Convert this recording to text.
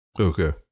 Okay